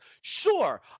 Sure